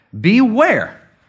beware